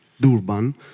Durban